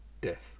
death